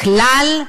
ככלל,